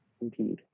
Indeed